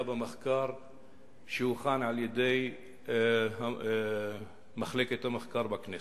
במחקר שהוכן על-ידי מחלקת המחקר בכנסת.